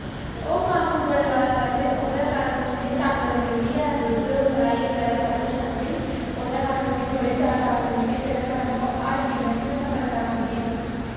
ओह् कम्म बड़े जादा करदे न औह्दे कारण उनेई ताकत मिलदी ऐ दुध मलाई बगैरै सब किश खंदे न औह्दे कारण उनेई बड़ी जादा ताकत मिलदी ऐ जेह्दे कारण ओह् उनेंई हर गेमा च सफलता पांदे न